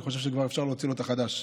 אני חושב שכבר אפשר להוציא לו את "החדש".